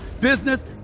business